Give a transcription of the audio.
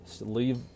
leave